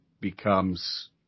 becomes